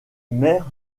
maire